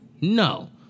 no